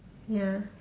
ya